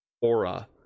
aura